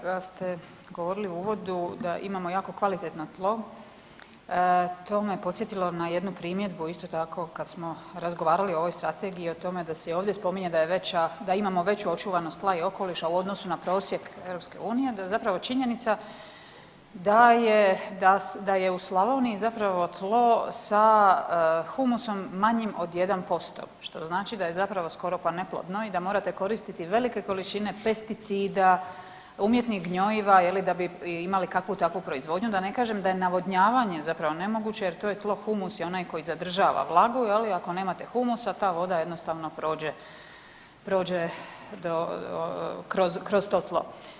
Kada ste govorili u uvodu da imamo jako kvalitetno tlo to me podsjetilo na jednu primjedbu isto tako kad smo razgovarali o ovoj strategiji i o tome da se i ovdje spominje da imamo veću očuvanost tla i okoliša u odnosu na prosjek EU, da zapravo činjenica da je u Slavoniji tlo sa humusom manjim od 1% što znači da je zapravo skoro pa neplodno i da morate koristiti velike količine pesticida, umjetnih gnojiva da bi imali kakvu takvu proizvodnju, da ne kažem da je navodnjavanje nemoguće jer to je tlo humus i onaj koji zadržava vlagu, ako nemate humusa ta voda jednostavno prođe kroz to tlo.